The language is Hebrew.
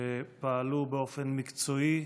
שפעלו באופן מקצועי,